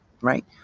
right